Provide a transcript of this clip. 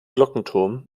glockenturm